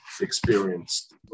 experienced